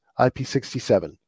IP67